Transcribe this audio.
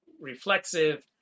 reflexive